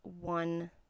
one